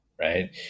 right